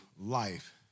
life